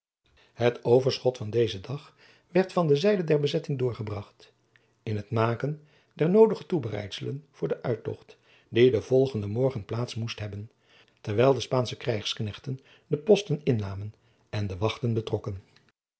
het overschot van dezen dag werd van de zijde der bezetting doorgebracht in het maken det noodige toebereidselen voor den uittocht die den volgenden morgen plaats moest hebben terwijl de spaansche krijgsknechten de posten innamen en de wachten betrokken